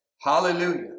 Hallelujah